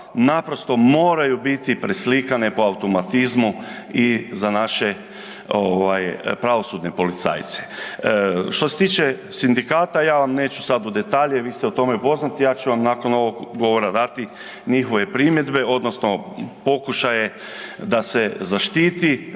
naprosto moraju biti preslikane po automatizmu i za naše pravosudne policajce. Što se tiče sindikata, ja vam neću sada u detalje, vi ste o tome poznati, ja ću vam nakon ovog govora dati njihove primjedbe, odnosno pokušaje da se zaštiti,